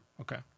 Okay